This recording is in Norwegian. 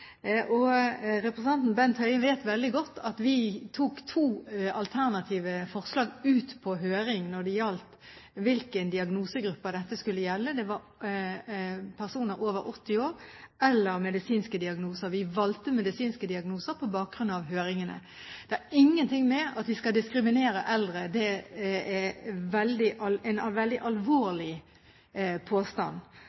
kommunene. Representanten Bent Høie vet veldig godt at vi tok to alternative forslag ut på høring når det gjaldt hvilke diagnosegrupper dette skulle gjelde – det var personer over 80 år eller medisinske diagnoser. Vi valgte medisinske diagnoser på bakgrunn av høringene. Det har ingenting å gjøre med at vi skal diskriminere eldre. Det er en veldig